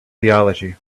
theology